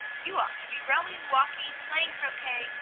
you ought to be rowing, walking, playing croquet,